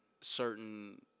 certain